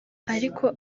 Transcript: ariko